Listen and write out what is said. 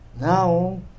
Now